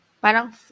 Parang